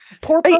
poor